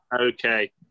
Okay